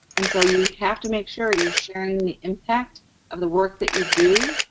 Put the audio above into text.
and so, you have to make sure you're sharing the impact of the work that you do,